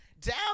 Down